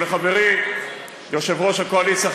ולחברי יושב-ראש הקואליציה,